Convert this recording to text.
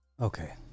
okay